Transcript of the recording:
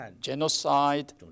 genocide